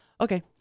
Okay